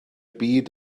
byd